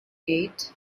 eight